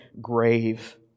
grave